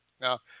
Now